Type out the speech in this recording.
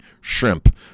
shrimp